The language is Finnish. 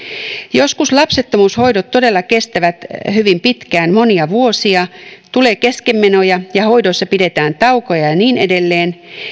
joskus lapsettomuushoidot todella kestävät hyvin pitkään monia vuosia tulee keskenmenoja ja hoidoissa pidetään taukoja ja niin edelleen